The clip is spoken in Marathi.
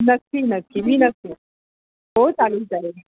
नक्की नक्की मी नक्की हो चालेल चालेल